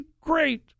Great